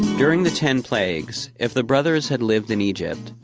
during the ten plagues, if the brothers had lived in egypt,